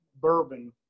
bourbon